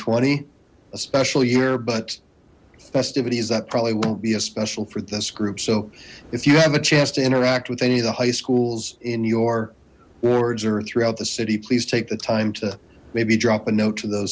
twenty a special year but the festivities that probably won't be as special for this group so if you have a chance to interact with any of the high schools in your wards or throughout the city please take the time to maybe drop a note to th